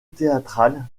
théâtral